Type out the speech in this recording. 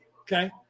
okay